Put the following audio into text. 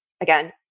again